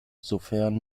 sofern